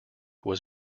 was